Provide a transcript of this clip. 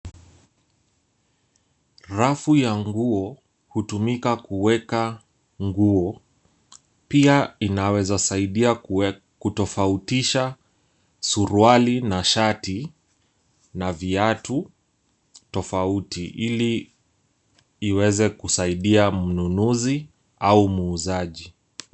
Rafu ya nguo hutumika kuweka nguo, pia inaweza zaidia kutofautisha suruali na shati na viiatu tofauti ili iweze kusaidia mnunuzi au muuzaji.